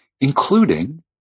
including